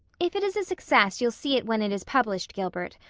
if it is a success you'll see it when it is published, gilbert,